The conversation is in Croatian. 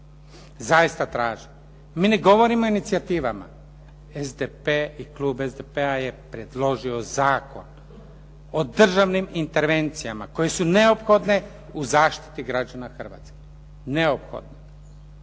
Zaista traži. Mi ne govorimo o inicijativama, SDP i klub SDP-a je predložio zakon o državnim intervencijama koje su neophodne u zaštiti građana Hrvatske. I